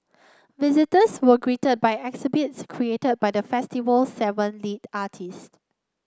visitors were greeted by exhibits created by the festival seven lead artist